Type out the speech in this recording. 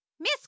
Miss